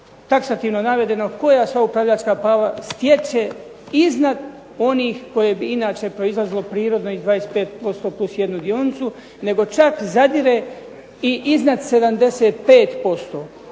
taksativno navedeno koja sva upravljačka prava stječe iznad onih koje bi inače proizlazilo prirodno iz 25% plus 1 dionicu, nego čak zadire i iznad 75%.